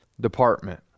department